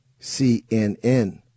CNN